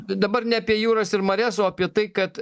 dabar ne apie jūras ir marias o apie tai kad